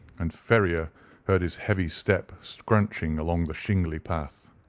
and ferrier heard his heavy step scrunching along the shingly path.